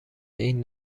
این